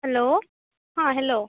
hello ಹಾಂ hello